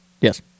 Yes